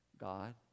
God